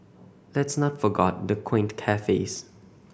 let's not forgot the quaint cafes